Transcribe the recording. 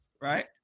right